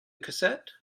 cassette